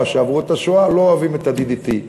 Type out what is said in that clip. שעברו את השואה לא אוהבים את ה-DDT,